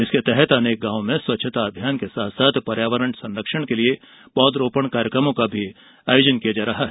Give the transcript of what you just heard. इसके तहत अनेक गांवों में स्वच्छता अभियान के साथ साथ पर्यावरण संरक्षण के लिए पौधरोपण कार्यक्रमों का आयोजन किया जा रहा है